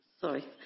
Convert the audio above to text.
Sorry